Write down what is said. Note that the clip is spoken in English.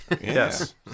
Yes